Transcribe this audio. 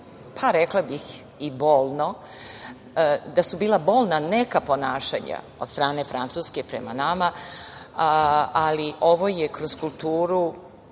građanima da su bila bolna neka ponašanja od strane Francuske prema nama, ali ovo je kroz kulturu